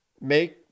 make